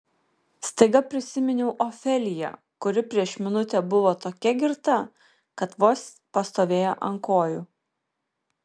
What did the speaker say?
staiga prisiminiau ofeliją kuri prieš minutę buvo tokia girta kad vos pastovėjo ant kojų